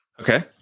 Okay